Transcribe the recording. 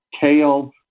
kale